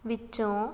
ਵਿੱਚੋਂ